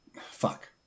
Fuck